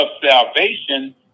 salvation